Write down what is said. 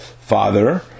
father